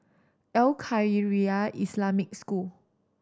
Al Khairiah Islamic School